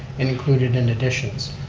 and included in additions.